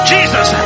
Jesus